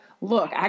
look